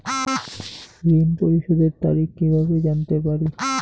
ঋণ পরিশোধের তারিখ কিভাবে জানতে পারি?